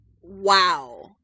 wow